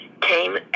came